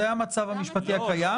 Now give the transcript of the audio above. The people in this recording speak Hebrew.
זה המצב המשפטי הקיים.